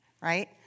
right